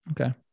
Okay